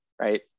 right